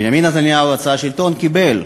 בנימין נתניהו רצה שלטון, קיבל.